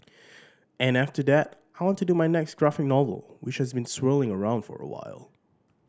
and after that I want do my next graphic novel which has been swirling around for a while